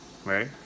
Right